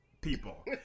people